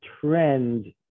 trend